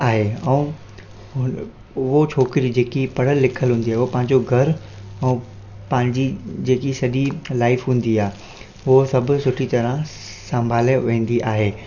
आहे ऐं उहो छोकिरी जेकी पढ़ियलु लिखियलु हूंदी आहे उहो पंहिंजो घरु ऐं पंहिंजी जेकी सॼी लाइफ़ हूंदी आहे उहो सभु सुठी तराहं संभाले वेंदी आहे